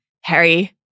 Harry